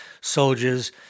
soldiers